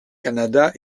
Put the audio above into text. canada